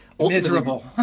Miserable